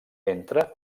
entre